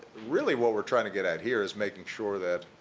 really what we're trying to get at here is making sure that